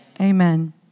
Amen